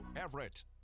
Everett